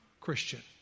Christian